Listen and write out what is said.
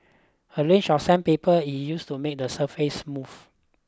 a range of sandpaper is used to make the surface smooth